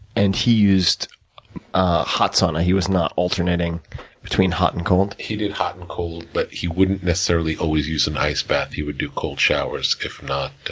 and, he used hot sauna, he was not alternating between hot and cold? he did hot and cold, but he wouldn't necessarily use an ice bath, he would do cold showers if not.